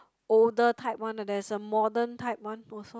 older type one there there is a modern type one also